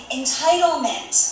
entitlement